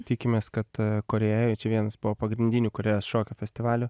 tikimės kad korėjoj čia vienas buvo pagrindinių korėjos šokio festivalių